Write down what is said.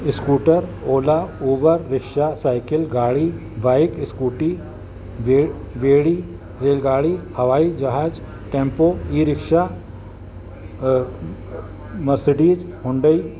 scooter Ola Uber rickshaw cycle गाॾी bike scooty बे बेड़ी रेल गाॾी हवाई जहाज tempo E rickshaw Mercedes Hyundai